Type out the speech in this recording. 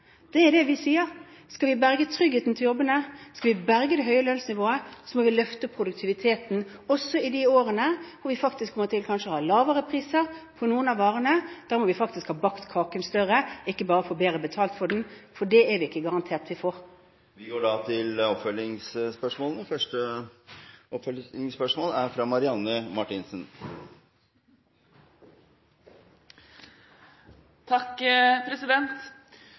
Det er det vi sier: Skal vi berge tryggheten til jobbene, og skal vi berge det høye lønnsnivået, må vi løfte produktiviteten også i de årene hvor vi faktisk til og med kanskje har lavere priser på noen av varene. Da må vi ha bakt kaken større, ikke bare få bedre betalt for den, for det er vi ikke garantert at vi får.